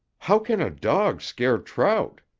how can a dog scare trout?